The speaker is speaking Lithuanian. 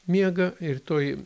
miega ir toj